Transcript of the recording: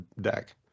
deck